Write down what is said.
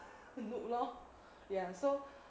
noob lor ya so